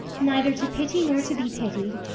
neither to pity nor to be pitied,